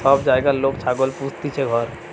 সব জাগায় লোক ছাগল পুস্তিছে ঘর